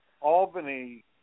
Albany